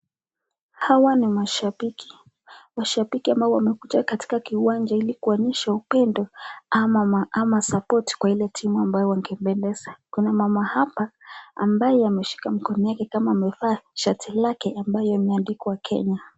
Hawa ni mashabiki, mashabiki ambao wamekuja katika kiwanja ili kuonyesha upendo ama support kwa ile timu ambayo wangependeza, kuna mama hapa ambaye ameshika mkono yake kama amevaa shati lake ambayo imeandikwa Kenya.